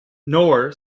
nor